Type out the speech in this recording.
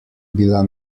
bila